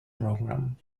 program